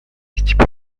степан